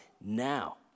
now